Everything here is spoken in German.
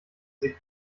sich